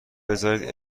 بذارید